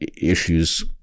issues